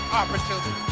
opportunity